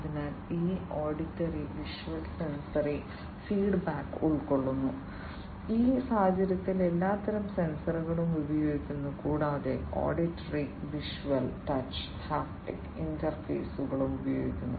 അതിനാൽ ഇത് auditory visual sensory feedback ഉൾക്കൊള്ളുന്നു ഈ സാഹചര്യത്തിൽ എല്ലാത്തരം സെൻസറുകളും ഉപയോഗിക്കുന്നു കൂടാതെ ഓഡിറ്ററി വിഷ്വൽ ടച്ച് ഹാപ്റ്റിക് ഇന്റർഫേസുകളും ഉപയോഗിക്കുന്നു